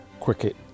cricket